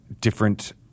different